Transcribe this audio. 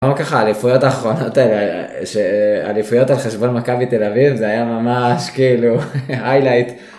למה ככה העליפויות האחרונות האלה, עליפויות על חשבון מקווי תל אביב, זה היה ממש כאילו היילייט.